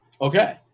Okay